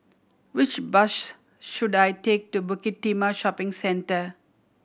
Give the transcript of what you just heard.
which bus should I take to Bukit Timah Shopping Centre